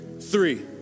three